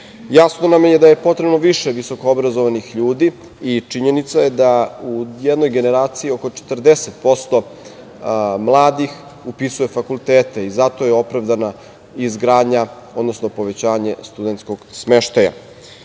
Jasno nam je da je potrebno više visokoobrazovanih ljudi i činjenica je da u jednoj generaciji oko 40% mladih upisuje fakultete. Zato je opravdana izgradnja, odnosno povećanje studentskog smeštaja. Važno